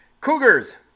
cougars